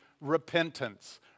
repentance